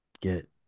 get